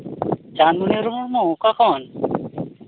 ᱪᱟᱸᱫᱽ ᱢᱩᱨᱢᱩ ᱚᱠᱟ ᱠᱷᱚᱱ